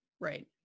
Right